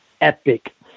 epic